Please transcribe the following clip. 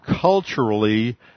culturally